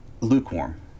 lukewarm